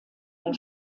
der